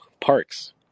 parks